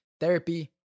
therapy